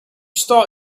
start